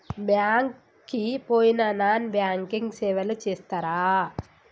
Bank కి పోయిన non banking సేవలు చేస్తరా?